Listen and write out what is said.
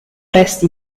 resti